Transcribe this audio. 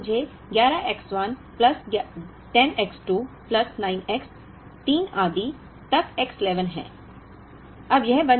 तो यह मुझे 11 X 1 plus 10 X 2 plus 9 X 3 आदि तक X 11 है